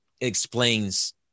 explains